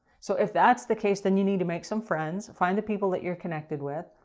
so if that's the case, then you need to make some friends. find the people that you're connected with.